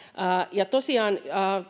ja tosiaan